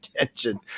attention